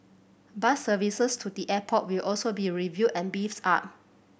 bus services to the airport will also be reviewed and beefed up